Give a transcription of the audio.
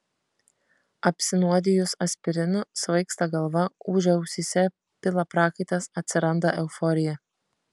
apsinuodijus aspirinu svaigsta galva ūžia ausyse pila prakaitas atsiranda euforija